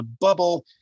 bubble